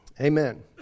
Amen